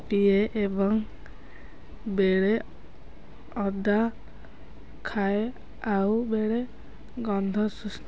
ପିଏ ଏବଂ ବେଳେ ଅଦା ଖାଏ ଆଉ ବେଳେ ଗନ୍ଧ ସୁସ୍ଥ